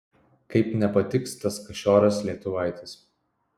kaip nepatiks tas kašioras lietuvaitis